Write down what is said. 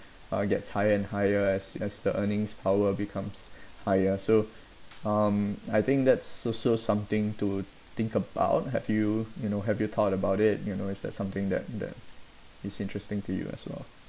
uh gets higher and higher as as the earnings power becomes higher so um I think that's also something to think about have you you know have you thought about it you know is that something that that it's interesting to you as well